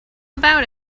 about